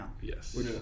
Yes